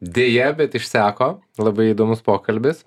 deja bet išseko labai įdomus pokalbis